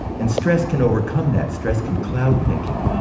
and stress can overcome that. stress can cloud thinking.